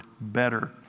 better